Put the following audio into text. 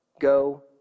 Go